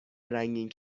رنگین